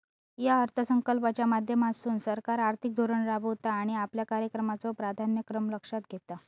या अर्थसंकल्पाच्या माध्यमातसून सरकार आर्थिक धोरण राबवता आणि आपल्या कार्यक्रमाचो प्राधान्यक्रम लक्षात घेता